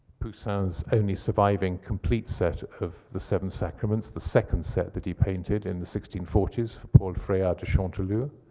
poussin's only surviving complete set of the seven sacraments, the second set that he painted in the sixteen forty s for paul freart de chantelou,